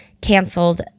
canceled